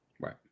Right